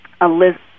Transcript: Elizabeth